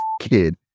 kid